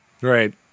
Right